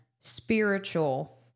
spiritual